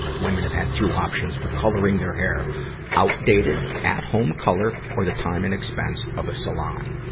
women have had two options for coloring their hair outdated, at-home color or the time and expense of a salon.